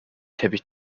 teppich